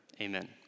amen